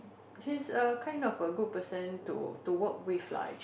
he's a kind of a good person to to work with lah actually